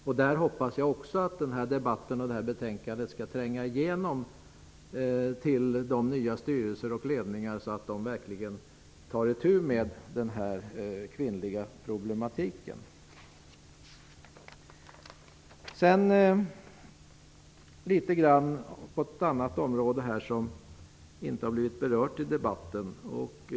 Jag hoppas också att den här debatten och det här betänkandet skall tränga igenom till de nya styrelserna och ledningarna, så att de verkligen tar itu med ''den kvinnliga problematiken''. Så till ett annat område som inte har berörts i debatten.